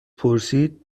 پرسید